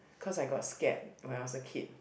cause I got scared when I was a kid